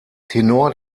tenor